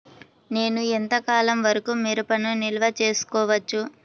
నేను ఎంత కాలం వరకు మిరపను నిల్వ చేసుకోవచ్చు?